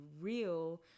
real